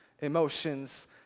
emotions